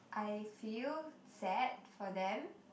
I feel sad for them